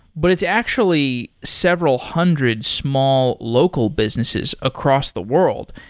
but it's actually several hundred small local businesses across the world.